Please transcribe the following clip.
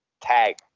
tag